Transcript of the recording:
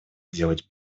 делать